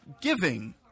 giving